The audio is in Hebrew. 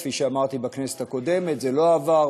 כפי שאמרתי, בכנסת הקודמת זה לא עבר.